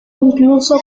incluso